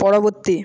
পরবর্তী